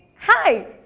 hi!